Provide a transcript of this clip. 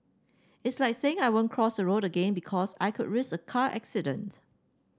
it's like saying I won't cross a road again because I could risk a car accident